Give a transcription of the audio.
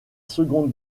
seconde